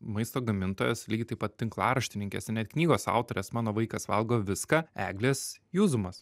maisto gamintojos lygiai taip pat tinklaraštininkės ir net knygos autorės mano vaikas valgo viską eglės juzumas